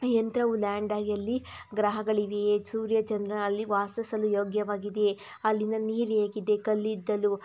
ಯಂತ್ರವು ಲ್ಯಾಂಡ್ ಆಗಿ ಅಲ್ಲಿ ಗ್ರಹಗಳಿವೆಯೇ ಸೂರ್ಯ ಚಂದ್ರ ಅಲ್ಲಿ ವಾಸಿಸಲು ಯೋಗ್ಯವಾಗಿದೆಯೇ ಅಲ್ಲಿನ ನೀರು ಹೇಗಿದೆ ಕಲ್ಲಿದ್ದಲು